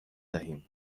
دهیم